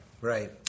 Right